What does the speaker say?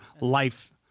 life